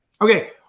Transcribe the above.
Okay